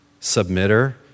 Submitter